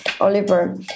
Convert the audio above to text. Oliver